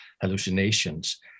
hallucinations